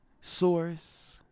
Source